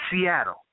Seattle